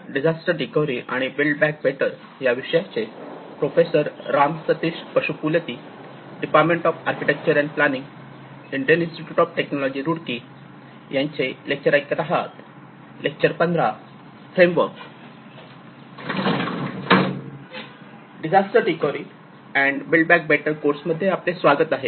disaster recovery and build back better course मध्ये आपले स्वागत आहे